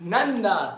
Nanda